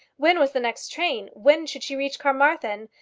when was the next train? when should she reach carmarthen?